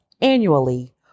annually